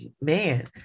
man